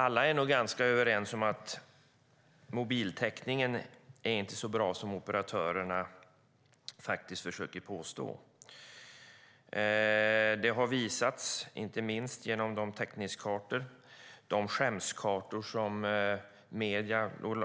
Alla är nog ganska överens om att mobiltäckningen inte är så bra som operatörerna påstår. Det har visats inte minst genom de täckningskartor, de skämskartor, som